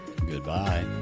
Goodbye